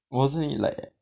wasn't it like